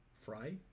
Fry